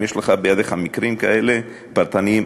אם יש בידיך מקרים כאלה פרטניים,